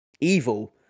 evil